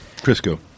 Crisco